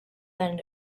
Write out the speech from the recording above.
than